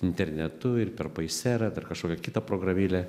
internetu ir per paiserą per kažkokią kitą programėlę